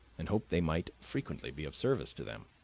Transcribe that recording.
and hoped they might frequently be of service to them.